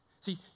See